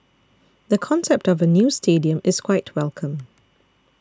the concept of a new stadium is quite welcome